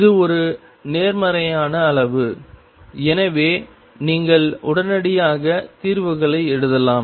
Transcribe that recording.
இது ஒரு நேர்மறையான அளவு எனவே நீங்கள் உடனடியாக தீர்வுகளை எழுதலாம்